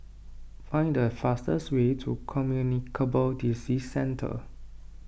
find the fastest way to Communicable Disease Centre